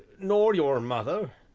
nor your mother?